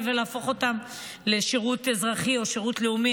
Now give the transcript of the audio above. ולהפוך אותם לשירות אזרחי או שירות לאומי,